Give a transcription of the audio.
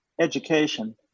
education